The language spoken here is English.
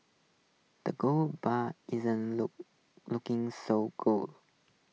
the golden isn't look looking so golden